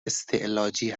استعلاجی